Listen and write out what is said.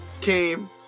came